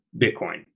bitcoin